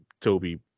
Toby